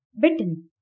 bitten